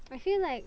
I feel like